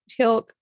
Tilk